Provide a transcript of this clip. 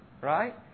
Right